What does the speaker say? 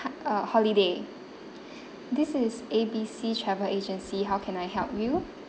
ha uh holiday this is A B C travel agency how can I help you